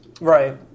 Right